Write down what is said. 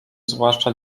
zwłaszcza